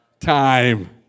Time